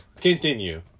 Continue